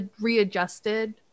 readjusted